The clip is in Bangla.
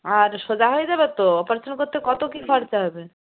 আর সোজা হয়ে যাবে তো অপারেশান করতে কত কী খরচা হবে